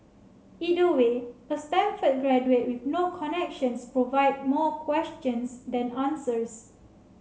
either way a Stanford graduate with no connections provide more questions than answers